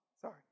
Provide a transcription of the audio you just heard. sorry